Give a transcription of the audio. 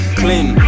clean